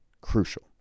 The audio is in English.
crucial